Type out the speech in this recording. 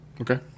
Okay